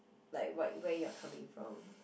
like what where you're coming from